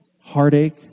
heartache